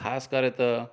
ख़ासि करे त